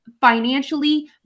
financially